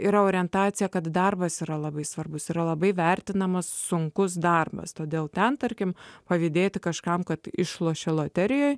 yra orientacija kad darbas yra labai svarbus yra labai vertinamas sunkus darbas todėl ten tarkim pavydėti kažkam kad išlošė loterijoje